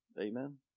Amen